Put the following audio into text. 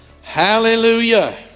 Hallelujah